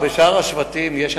בשער השבטים יש,